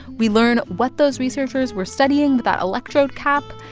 we learn what those researchers were studying with that electrode cap.